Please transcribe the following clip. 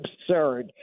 absurd